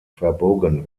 verbogen